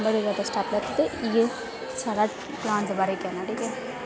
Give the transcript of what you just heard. English ऐ हिंदी ऐ होर ओह्दे बिच